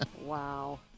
Wow